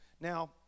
Now